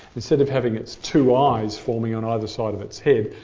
instead of having it's two eyes forming on either side of its head,